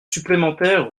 supplémentaires